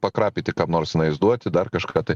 pakrapyti kam nors tenais duoti dar kažką tai